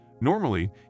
Normally